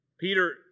Peter